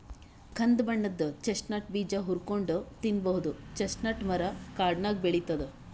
ಕಂದ್ ಬಣ್ಣದ್ ಚೆಸ್ಟ್ನಟ್ ಬೀಜ ಹುರ್ಕೊಂನ್ಡ್ ತಿನ್ನಬಹುದ್ ಚೆಸ್ಟ್ನಟ್ ಮರಾ ಕಾಡ್ನಾಗ್ ಬೆಳಿತದ್